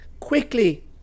Quickly